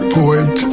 poet